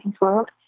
world